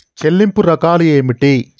చెల్లింపు రకాలు ఏమిటి?